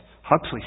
Huxley